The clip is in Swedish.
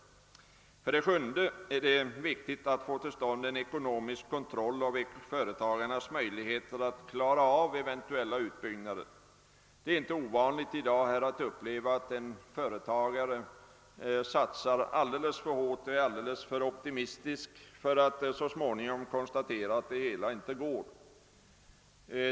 För det sjunde är det viktigt att få till stånd en ekonomisk kontroll av företagarnas möjligheter att klara av eventuella utbyggnader. Det är i dag inte ovanligt att uppleva att en företagare satsar alldeles för hårt och är alldeles för optimistisk för att så småningom konstatera att det hela inte går.